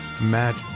Matt